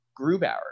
Grubauer